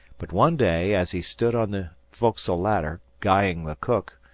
but one day, as he stood on the foc'sle ladder, guying the cook,